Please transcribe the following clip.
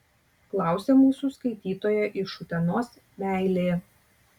klausia mūsų skaitytoja iš utenos meilė